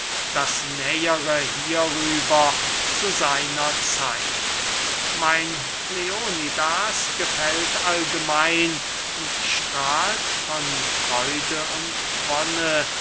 das nähere hierüber zu seiner zeit mein kleonidas gefällt allgemein und strahlt von freude und wonne